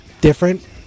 different